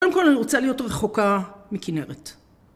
קודם כל, אני רוצה להיות רחוקה מכינרת.